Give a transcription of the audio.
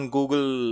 Google